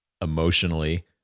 emotionally